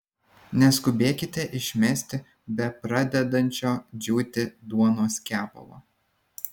neskubėkite išmesti bepradedančio džiūti duonos kepalo